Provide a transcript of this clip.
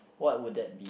what would that be